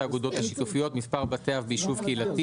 האגודות השיתופיות (מספר בתי-אב ביישוב קהילתי),